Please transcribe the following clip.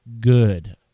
good